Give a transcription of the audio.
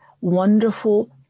wonderful